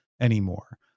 anymore